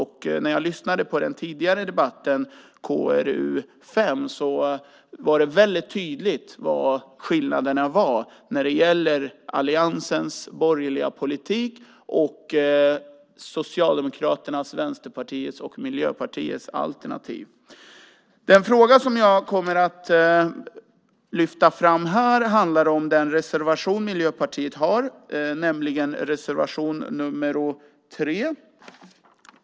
Och när jag lyssnade på den tidigare debatten om KrU5 var det väldigt tydligt vad som är skillnaderna mellan alliansens borgerliga politik och Socialdemokraternas, Vänsterpartiets och Miljöpartiets alternativ. Det som jag kommer att lyfta fram här är Miljöpartiets reservation, nämligen reservation nr 3.